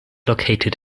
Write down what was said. located